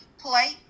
play